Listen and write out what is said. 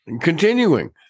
Continuing